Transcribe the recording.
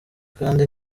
kandi